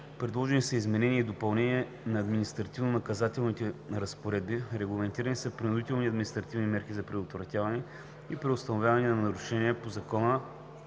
Предложени са изменения и допълнения в административнонаказателните разпоредби. Регламентирани са принудителни административни мерки за предотвратяване и преустановяване на нарушенията по Закона